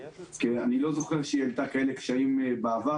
כי אני לא זוכר שהיא העלתה קשיים כאלה בעבר,